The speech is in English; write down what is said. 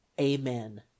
amen